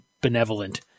benevolent